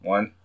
One